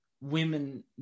women